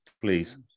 please